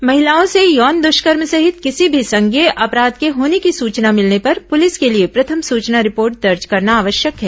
महिलाओं से यौन दुष्कर्म सहित किसी भी संज्ञेय अपराध के होने की सूचना मिलने पर पुलिस के लिए प्रथम सूचना रिपोर्ट दर्ज करना आवश्यक है